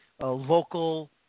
local